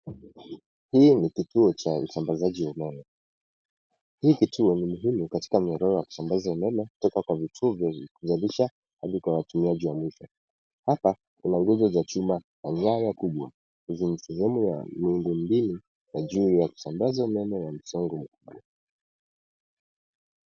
Hii ni kituo cha usambazaji wa umeme, hii kituo ni muhimu katika mnyororo wa kusambaza umeme kutoka kwa vituo vya kuzalisha, hadi kwa watumiaji wa mwisho, hapa, kuna nguzo za chuma, na nyaya kubwa, ziko na sehemu ya miundo mbili, na juu ya kusambaza umeme wa msongo mkubwa.